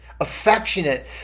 affectionate